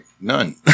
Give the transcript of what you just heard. none